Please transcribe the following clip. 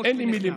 בוש ונכלם.